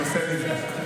הנושא נבדק.